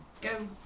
Go